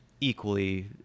equally